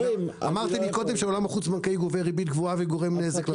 אמרתם קודם שהעולם החוץ-בנקאי גובה ריבית גבוהה וגורם נזק ללקוחות.